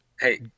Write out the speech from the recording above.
hey